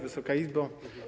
Wysoka Izbo!